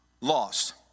lost